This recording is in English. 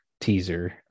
teaser